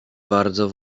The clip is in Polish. bardzo